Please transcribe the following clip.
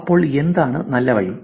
അപ്പോൾ എന്താണ് നല്ല വഴി